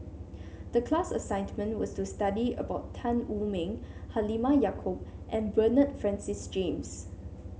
the class assignment was to study about Tan Wu Meng Halimah Yacob and Bernard Francis James